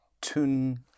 tun